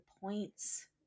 points